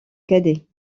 cadet